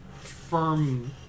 firm